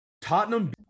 Tottenham